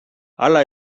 hala